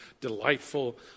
delightful